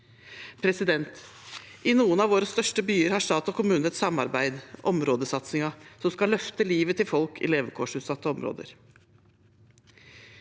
korpset. I noen av våre største byer har stat og kommune et samarbeid, områdesatsingen, som skal løfte livet til folk i levekårsutsatte områder.